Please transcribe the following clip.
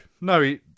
No